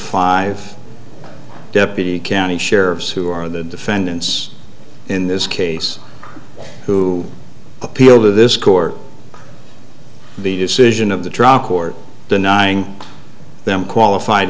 five deputy county sheriffs who are the defendants in this case who appeal to this court the decision of the trial court denying them qualified